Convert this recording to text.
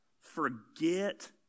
Forget